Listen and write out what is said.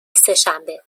سهشنبه